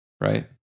Right